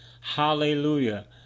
Hallelujah